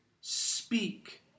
speak